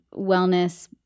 wellness